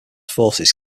forces